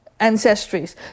ancestries